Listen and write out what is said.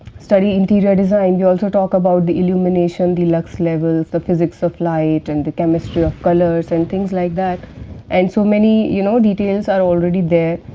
study interior design we also talk about the illumination, the lux levels, the physics of light and the chemistry of colors, and things like that and so many you know, details are already there.